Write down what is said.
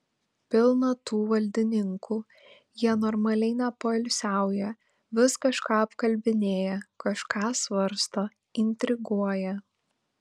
pilna tų valdininkų jie normaliai nepoilsiauja vis kažką apkalbinėja kažką svarsto intriguoja